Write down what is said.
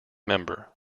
member